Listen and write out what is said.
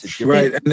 Right